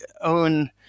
own